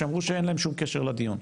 שאמרו שאין להם שום קשר לדיון.